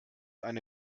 eine